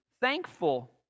thankful